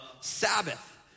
Sabbath